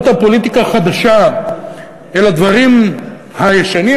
הפוליטיקה החדשה אל "הדברים הישנים",